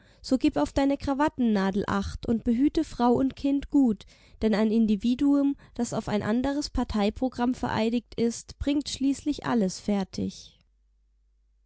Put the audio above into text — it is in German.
so gib auf deine krawattennadel acht und behüte frau und kind gut denn ein individuum das auf ein anderes parteiprogramm vereidigt ist bringt schließlich alles fertig